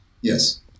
yes